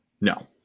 No